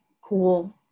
cool